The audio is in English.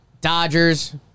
Dodgers